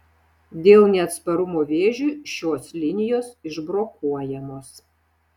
dėl neatsparumo vėžiui šios linijos išbrokuojamos